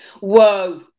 whoa